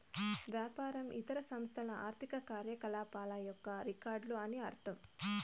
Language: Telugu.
వ్యాపారం ఇతర సంస్థల ఆర్థిక కార్యకలాపాల యొక్క రికార్డులు అని అర్థం